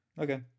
okay